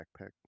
backpack